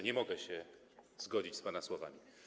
Nie mogę się zgodzić z pana słowami.